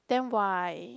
then why